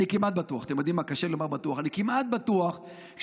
אני כמעט בטוח,